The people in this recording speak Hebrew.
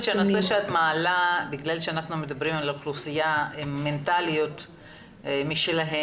בגלל שאנחנו מדברים על אוכלוסייה עם מנטליות משלה,